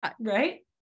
Right